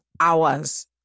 hours